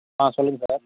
ஆ சொல்லுங்கள் சார்